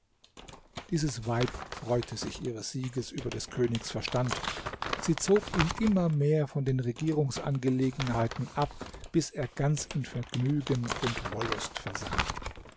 dieses weib freute sich ihres sieges über des königs verstand sie zog ihn immer mehr von den regierungsangelegenheiten ab bis er ganz in vergnügen und wollust versank